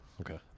Okay